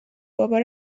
بابا